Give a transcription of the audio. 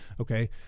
Okay